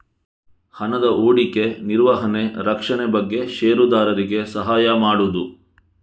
ಹಣದ ಹೂಡಿಕೆ, ನಿರ್ವಹಣೆ, ರಕ್ಷಣೆ ಬಗ್ಗೆ ಷೇರುದಾರರಿಗೆ ಸಹಾಯ ಮಾಡುದು